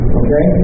okay